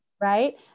Right